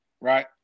right